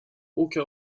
aucun